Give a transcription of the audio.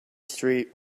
street